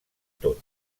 tot